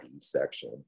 section